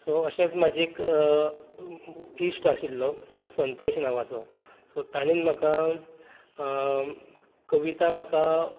so अशेंच म्हाजें एक इश्ट आशिल्लो संतोश नांवाचो सो तांणेन म्हाका कविता म्हाका